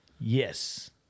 Yes